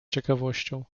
ciekawością